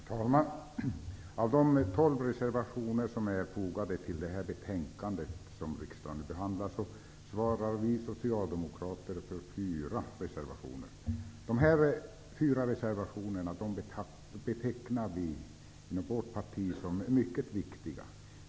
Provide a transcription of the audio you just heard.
Herr talman! Av de tolv reservationer som är fogade till det betänkande som riksdagen nu behandlar svarar vi socialdemokrater för fyra. De här fyra reservationerna betecknar vi inom vårt parti som mycket viktiga.